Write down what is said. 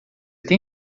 tem